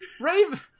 Raven